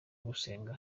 gusenga